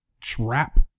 trap